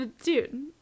dude